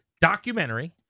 documentary